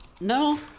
no